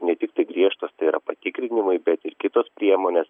ne tiktai griežtos tai yra patikrinimai bei kitos priemonės